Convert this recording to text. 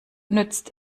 nützt